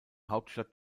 hauptstadt